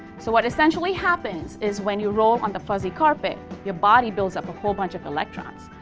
so what essentially happens, is when you roll on the fuzzy carpet, your body builds up a whole bunch of electrons,